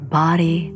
body